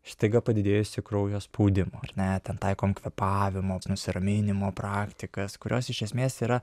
staiga padidėjusį kraujo spaudimo ar ne ten taikom kvėpavimo nusiraminimo praktikas kurios iš esmės yra